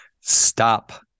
stop